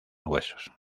huesos